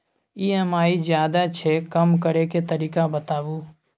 EMI ज्यादा छै कम करै के तरीका बताबू?